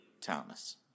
Thomas